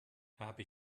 habe